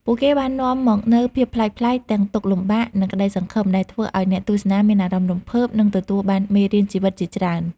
ពួកគេបាននាំមកនូវភាពប្លែកៗ ទាំងទុក្ខលំបាក និងក្តីសង្ឃឹម ដែលធ្វើឲ្យអ្នកទស្សនាមានអារម្មណ៍រំភើប និងទទួលបានមេរៀនជីវិតជាច្រើន។